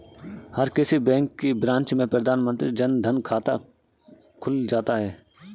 हर किसी बैंक की ब्रांच में प्रधानमंत्री जन धन खाता खुल जाता है